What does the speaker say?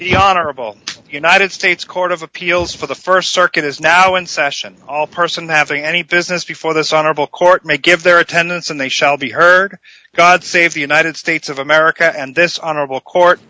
the honorable united states court of appeals for the st circuit is now in session all person having any this is before this honorable court may give their attendance and they shall be heard god save the united states of america and this honorable court